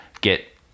get